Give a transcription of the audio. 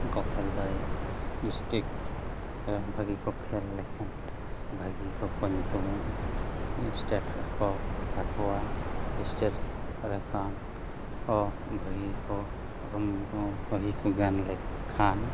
ᱠᱚ ᱠᱷᱮᱞ ᱫᱟᱲᱮᱭᱟᱜᱼᱟ ᱰᱤᱥᱴᱤᱠ ᱨᱮ ᱵᱷᱟᱹᱜᱤ ᱠᱚ ᱠᱷᱮᱞ ᱞᱮᱠᱷᱟᱱ ᱵᱷᱟᱹᱜᱤ ᱠᱚᱠᱚ ᱧᱩᱛᱩᱢᱚᱜᱼᱟ ᱥᱴᱮᱹᱴ ᱨᱮᱠᱚ ᱵᱷᱮᱡᱟ ᱠᱚᱣᱟ ᱥᱴᱮᱹᱴ ᱨᱮᱠᱷᱟᱱ ᱠᱚ ᱵᱷᱟᱹᱜᱤ ᱠᱚ ᱵᱷᱟᱹᱜᱤ ᱠᱚ ᱜᱟᱱ ᱞᱮᱠᱷᱟᱱ